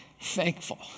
thankful